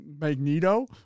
Magneto